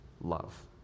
love